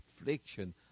affliction